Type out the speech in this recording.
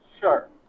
Sure